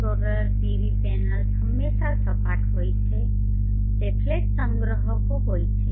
solar PV panels હંમેશાં સપાટ હોય છે તે ફ્લેટ સંગ્રહકો હોય છે